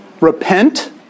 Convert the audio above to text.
repent